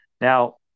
Now